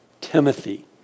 Timothy